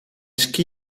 ski